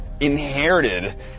inherited